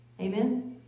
Amen